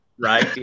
Right